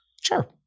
Sure